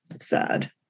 sad